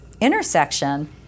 intersection